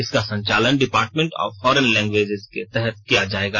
इसका संचालन department of foreign languages के तहत किया जाएगा